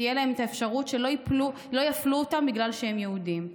שתהיה להם אפשרות שלא יפלו אותם בגלל שהם יהודים.